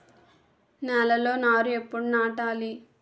నేలలో నారు ఎప్పుడు నాటాలి?